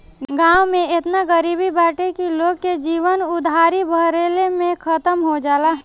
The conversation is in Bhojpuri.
गांव में एतना गरीबी बाटे की लोग के जीवन उधारी भरले में खतम हो जाला